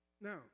Now